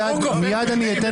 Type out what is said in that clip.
מייד אני אתן